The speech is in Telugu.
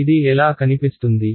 ఇది ఎలా కనిపిస్తుంది